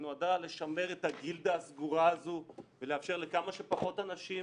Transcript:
היא נועדה לשמר את הגילדה הסגורה הזאת ולאפשר לכמה שפחות אנשים